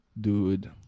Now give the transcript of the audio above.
dude